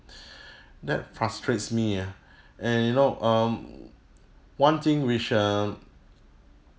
that frustrates me ah and you know um one thing which uh